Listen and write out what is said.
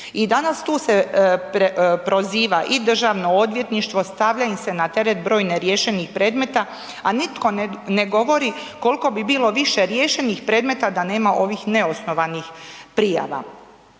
I danas tu se proziva i Državno odvjetništvo, stavlja im se na teret broj neriješenih predmeta a nitko ne govori koliko bi bilo više riješenih predmeta da nema ovih neosnovanih prijava